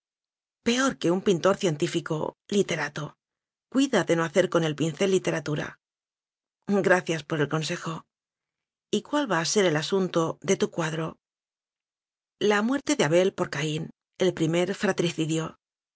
peor que un pintor científico literato cuida de no hacer con el pincel literatura gracias por el consejo y cuál va a ser el asunto de tu cua dro la muerte de abel por caín el primer fratricidio